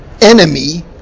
enemy